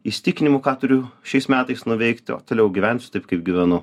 įsitikinimu ką turiu šiais metais nuveikti o toliau gyvensiu taip kaip gyvenu